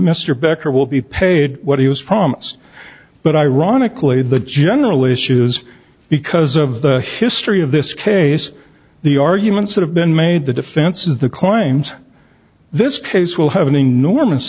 mr becker will be paid what he was promised but ironically the general issues because of the history of this case the arguments that have been made the defense is the climbs this case will have an enormous